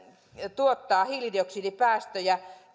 tuottaa hiilidioksidipäästöjä